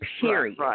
period